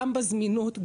גם בזמינות,